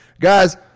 Guys